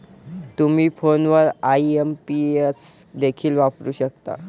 तुम्ही फोनवर आई.एम.पी.एस देखील वापरू शकता